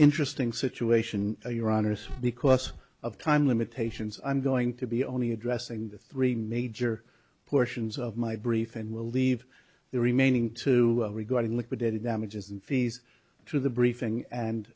interesting situation in iran or so because of time limitations i'm going to be only addressing the three major portions of my brief and will leave the remaining two regarding liquidated damages and fees to the briefing and